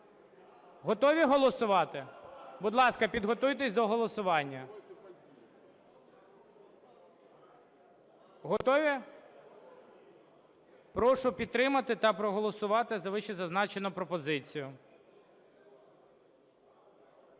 Готові голосувати? Будь ласка, підготуйтесь до голосування. Готові? Прошу підтримати та проголосувати за вищезазначену пропозицію.